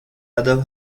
ادب